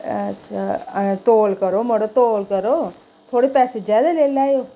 अच्छा तौल करो मड़ो तौल करो थोह्ड़े पैसे ज्यादा लेई लैएओ